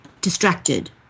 distracted